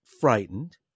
frightened